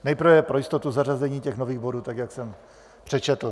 Nejprve pro jistotu zařazení těch nových bodů, tak jak jsem přečetl.